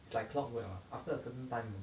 it's like clock where ah after a certain time ah